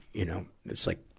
you know, it's like,